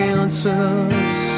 answers